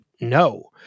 no